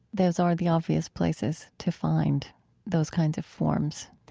those are the obvious places to find those kinds of forms.